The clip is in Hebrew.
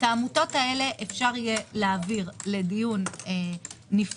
את העמותות האלה אפשר יהיה להעביר לדיון נפרד.